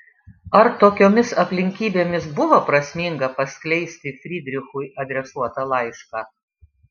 ar tokiomis aplinkybėmis buvo prasminga paskleisti frydrichui adresuotą laišką